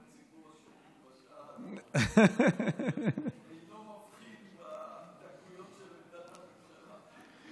ציבור השומעים בשעה הזאת אינו מבחין בדקויות של עמדת הממשלה.